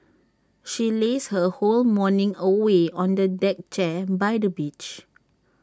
she lazed her whole morning away on A deck chair by the beach